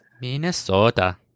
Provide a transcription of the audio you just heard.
Minnesota